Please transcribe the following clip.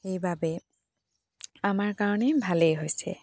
সেইবাবে আমাৰ কাৰণে ভালেই হৈছে